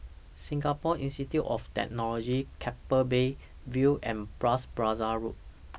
Singapore Institute of Technology Keppel Bay View and Bras Basah Road